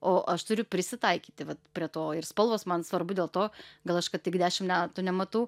o aš turiu prisitaikyt tai vai prie to ir spalvos man svarbu dėl to gal aš kad tik dešim metų nematau